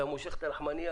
אתה מושך את הלחמנייה